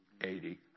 Eighty